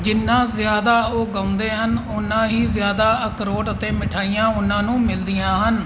ਜਿੰਨਾ ਜ਼ਿਆਦਾ ਉਹ ਗਾਉਂਦੇ ਹਨ ਓਨਾ ਹੀ ਜ਼ਿਆਦਾ ਅਖਰੋਟ ਅਤੇ ਮਿਠਾਈਆਂ ਉਨ੍ਹਾਂ ਨੂੰ ਮਿਲਦੀਆਂ ਹਨ